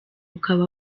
ukaba